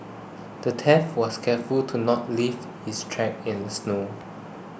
the thief was careful to not leave his tracks in the snow